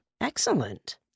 Excellent